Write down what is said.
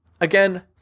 Again